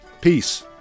peace